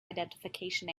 identification